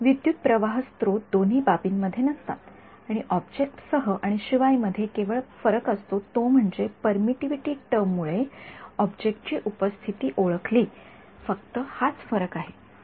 विद्युतप्रवाह स्त्रोत दोन्ही बाबींमध्ये नसतात आणि ऑब्जेक्टसह आणि शिवाय मध्ये केवळ फरक असतो तो म्हणजे परमिटिव्हिटी टर्ममुळे ऑब्जेक्ट्सची उपस्थिती ओळखली फक्त हाच फरक आहे